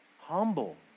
Humble